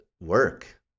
work